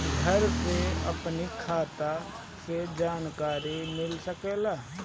घर से अपनी खाता के जानकारी मिल सकेला?